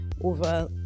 over